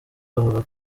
avuga